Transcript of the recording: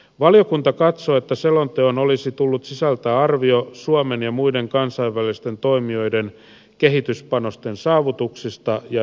valiokunta katsoo että selonteon olisi tullut sisältää arvio suomen ja muiden kansainvälisten toimijoiden kehityspanosten saavutuksista ja yhteistyösuunnitelmista